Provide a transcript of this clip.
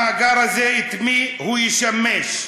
המאגר הזה, את מי הוא ישמש?